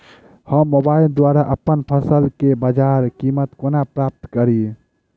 हम मोबाइल द्वारा अप्पन फसल केँ बजार कीमत कोना प्राप्त कड़ी?